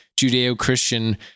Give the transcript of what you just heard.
Judeo-Christian